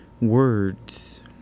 Words